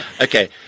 Okay